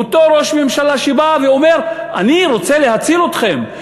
אותו ראש ממשלה שבא ואומר: אני רוצה להציל אתכם.